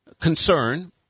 concern